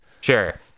Sure